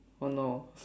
oh no